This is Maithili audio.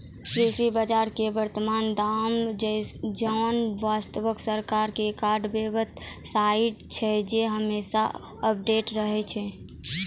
कृषि बाजार के वर्तमान दाम जानै वास्तॅ सरकार के कई बेव साइट छै जे हमेशा अपडेट रहै छै